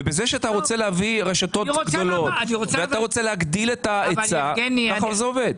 וכשאתה רוצה להביא רשתות גדולות ולהגדיל את ההיצע ככה זה עובד.